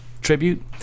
tribute